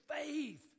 faith